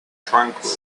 tranquil